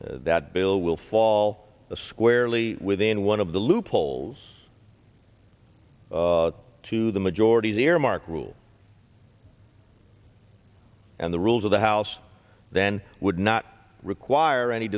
that bill will fall squarely within one of the loopholes to the majority's earmark rules and the rules of the house then would not require any